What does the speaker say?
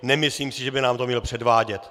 Nemyslím si, že by nám to měl předvádět!